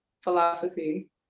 philosophy